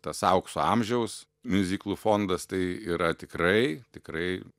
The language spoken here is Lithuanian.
tas aukso amžiaus miuziklų fondas tai yra tikrai tikrai